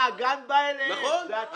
הגן בא לשכונה.